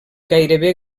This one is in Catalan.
gairebé